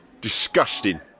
Disgusting